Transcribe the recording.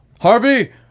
Harvey